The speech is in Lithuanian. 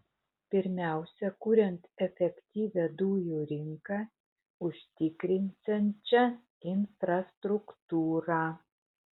pirmiausia kuriant efektyvią dujų rinką užtikrinsiančią infrastruktūrą